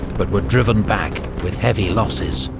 but were driven back with heavy losses.